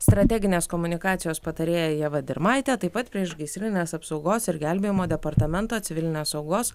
strateginės komunikacijos patarėja ieva dirmaite taip pat priešgaisrinės apsaugos ir gelbėjimo departamento civilinės saugos